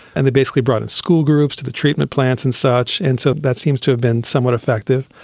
and they basically brought school groups to the treatment plants and such, and so that seems to have been somewhat effective.